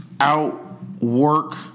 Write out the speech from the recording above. outwork